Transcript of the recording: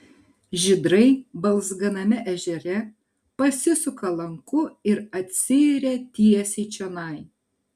žydrai balzganame ežere pasisuka lanku ir atsiiria tiesiai čionai